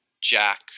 Jack